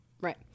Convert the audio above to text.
right